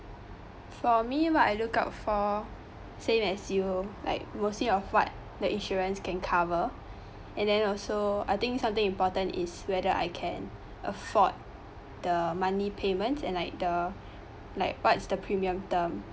for me what I look out for same as you like mostly of what the insurance can cover and then also I think something important is whether I can afford the monthly payment and like the like what is the premium term